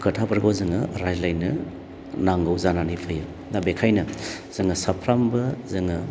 खोथाफोरखौ जोङो रायज्लायनो नांगौ जानानै फैयो दा बेखायनो जोङो साफ्रोमबो जोङो